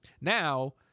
Now